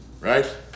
Right